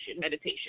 meditation